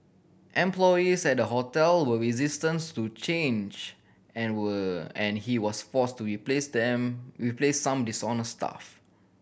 employees at the hotel were resistance to change and were and he was forced to replace them replace some dishonest staff